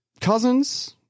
Cousins